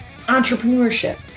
entrepreneurship